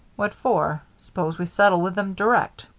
what for? suppose we settle with them direct.